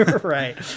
Right